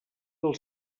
del